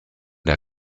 der